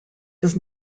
does